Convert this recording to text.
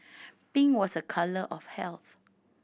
pink was a colour of health